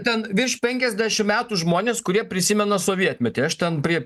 ten virš penkiasdešim metų žmonės kurie prisimena sovietmetį aš ten prie